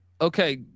Okay